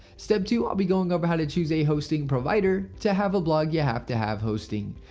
step two i'll be going over how to choose a hosting provider. to have a blog you have to have hosting.